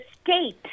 state